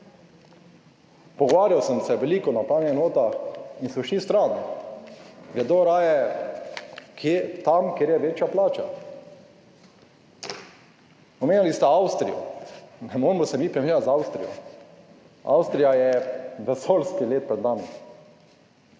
Pogovarjal sem se veliko na upravnih enotah in so šli stran, gredo raje – kam? Tja, kjer je večja plača. Omenjali ste Avstrijo. Ne moremo se mi primerjati z Avstrijo. Avstrija je vesoljska leta pred nami,